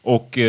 Och